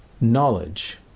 knowledge